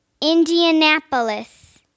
Indianapolis